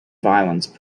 violence